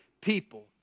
people